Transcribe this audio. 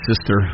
sister